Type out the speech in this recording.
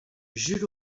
jules